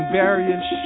various